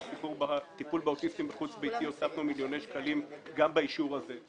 בטיפול באוטיסטים החוץ ביתי הוספנו מיליוני שקלים גם באישור הזה.